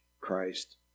Christ